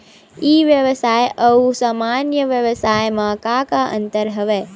ई व्यवसाय आऊ सामान्य व्यवसाय म का का अंतर हवय?